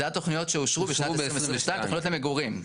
זה התוכניות שאושרו בשנת 2022, תוכניות למגורים.